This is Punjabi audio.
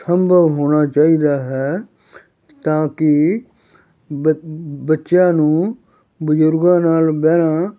ਸੰਭਵ ਹੋਣਾ ਚਾਹੀਦਾ ਹੈ ਤਾਂ ਕਿ ਬ ਬੱਚਿਆਂ ਨੂੰ ਬਜ਼ੁਰਗਾਂ ਨਾਲ ਬਹਿਣਾ